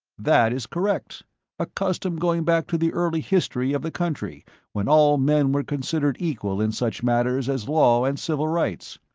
that is correct a custom going back to the early history of the country when all men were considered equal in such matters as law and civil rights.